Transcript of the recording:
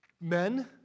Men